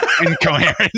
Incoherent